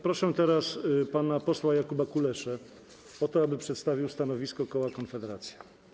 Proszę teraz pana posła Jakuba Kuleszę o to, aby przedstawił stanowisko koła Konfederacja.